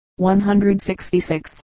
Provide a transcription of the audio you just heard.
166